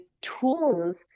tools